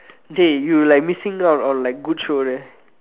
dey you like missing out on like good shows eh